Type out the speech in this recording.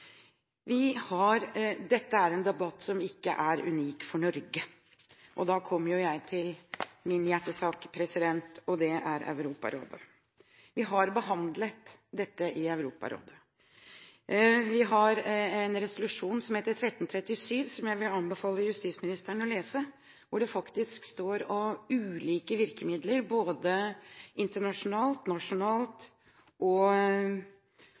sånt som dette. Dette er en debatt som ikke er unik for Norge, og da kommer jeg til min hjertesak, og det er Europarådet. Vi har behandlet dette i Europarådet. Vi har en resolusjon som heter 1337, som jeg vil anbefale justisministeren å lese. Der står det faktisk om ulike virkemidler, både internasjonale og